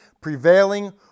prevailing